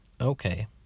Okay